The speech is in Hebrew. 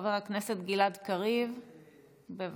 חבר הכנסת גלעד קריב, בבקשה.